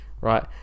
right